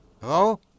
Hello